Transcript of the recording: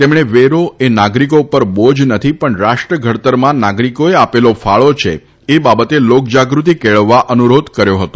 તેમણે વેરો એ નાગરિકો પર બોજ નથી પણ રાષ્ટ્ર ઘડતરમાં નાગરિકોએ આપેલો ફાળો છે એ બાબતે લોકજાગૃતિ કેળવવા અનુરોધ કર્યો હતો